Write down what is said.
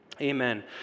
Amen